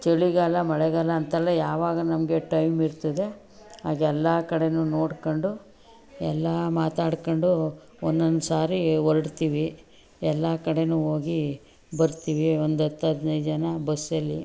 ಚಳಿಗಾಲ ಮಳೆಗಾಲ ಅಂತಲ್ಲ ಯಾವಾಗ ನಮಗೆ ಟೈಮಿರ್ತದೆ ಆಗೆಲ್ಲ ಕಡೆಯೂ ನೋಡ್ಕೊಂಡು ಎಲ್ಲ ಮಾತಾಡ್ಕೊಂಡು ಒಂದೊಂದು ಸಾರಿ ಹೊರಡ್ತೀವಿ ಎಲ್ಲ ಕಡೆಯೂ ಹೋಗಿ ಬರ್ತೀವಿ ಒಂದು ಹತ್ತು ಹದಿನೈದು ಜನ ಬಸ್ಸಲ್ಲಿ